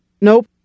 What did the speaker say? Nope